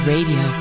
Radio